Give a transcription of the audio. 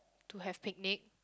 to have picnic